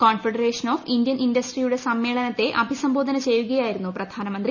confederation of Indian ഇൻഡസ്ട്രിയുടെ സമ്മേളനത്തെ അഭിസംബോധന ചെയ്യുകയായിരുന്നു പ്രധാനമന്ത്രി